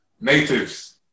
Natives